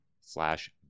slash